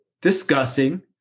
discussing